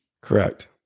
Correct